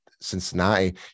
Cincinnati